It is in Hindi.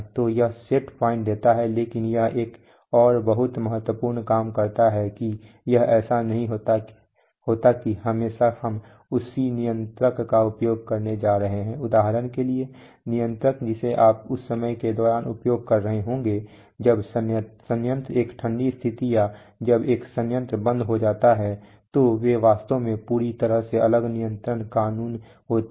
तो यह सेट पॉइंट देता है लेकिन यह एक और बहुत महत्वपूर्ण काम करता है कि यह ऐसा नहीं होता कि हमेशा हम उसी नियंत्रक का उपयोग करने जा रहे हैं उदाहरण के लिए नियंत्रक जिसे आप उस समय के दौरान उपयोग कर रहे होंगे जब संयंत्र एक ठंडी स्थिति या जब एक संयंत्र बंद हो जाता है तो वे वास्तव में पूरी तरह से अलग नियंत्रण कानून होते हैं